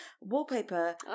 Wallpaper